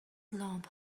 لامپ